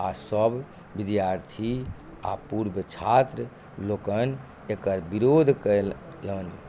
आ सब विद्यार्थी आ पूर्व छात्रलोकनि एकर विरोध कयलनि